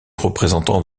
représentants